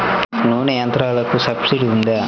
నూనె యంత్రాలకు సబ్సిడీ ఉందా?